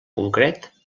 concret